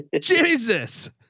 Jesus